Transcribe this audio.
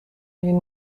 این